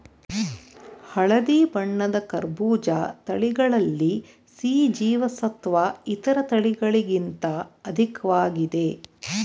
ಹಳದಿ ಬಣ್ಣದ ಕರ್ಬೂಜ ತಳಿಗಳಲ್ಲಿ ಸಿ ಜೀವಸತ್ವ ಇತರ ತಳಿಗಳಿಗಿಂತ ಅಧಿಕ್ವಾಗಿದೆ